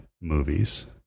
movies